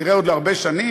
כנראה לעוד הרבה שנים.